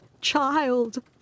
child